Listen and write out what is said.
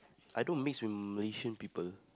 I don't mix with Malaysian people